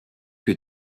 que